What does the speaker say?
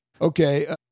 Okay